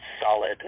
solid